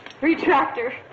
Retractor